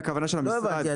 לא הבנתי.